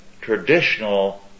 traditional